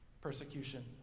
persecution